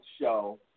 show